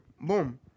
Boom